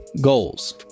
goals